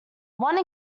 one